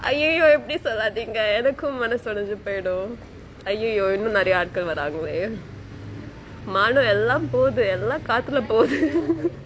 !aiyoyo! இப்படி சொல்லாதிங்க எனக்கு மனசு ஒடிஞ்சி போய்ட்டு:ippadi sollathingae enakku manasu odinchu poyitu !aiyoyo! இன்னும் நிறைய ஆட்கள் வாரங்களே மாணம் எல்லா போது எல்லா காத்துலே போது:inum niraiyaa aatkal varangalae maanam ella pothu ella kaathulae pothu